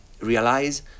realize